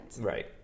Right